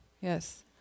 Yes